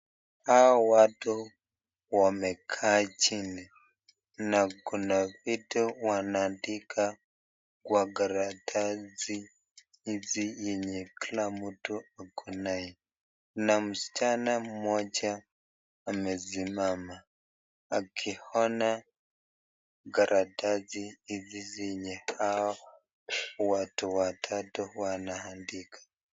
Hao watu wamekaa chini, na Kuna vitu wanaandika kwa karatasi Hizi yenye Kila mtu Ako naye, na msichana Mmoja amesimama, akiona karatasi Hizi zenye watu Hawa watatu wanaandika.